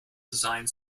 designed